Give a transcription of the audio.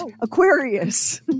Aquarius